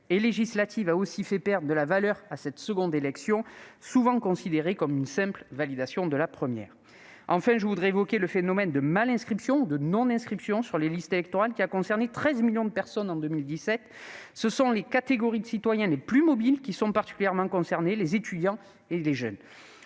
et législatives a aussi fait perdre de la valeur à ces dernières élections, souvent considérées comme une simple validation de la première. Enfin, je voudrais évoquer le phénomène de la mal-inscription ou de la non-inscription sur les listes électorales, qui a concerné 13 millions de personnes en 2017. Ce sont les citoyens les plus mobiles qui sont particulièrement concernés, ainsi que les étudiants et les jeunes.